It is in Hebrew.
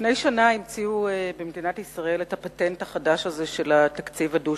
לפני שנה המציאו אצלנו את התרגיל החדש של תקציב דו-שנתי.